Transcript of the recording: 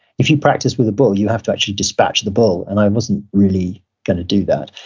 if you practice with a bull, you have to actually dispatch the bull, and i wasn't really gonna do that.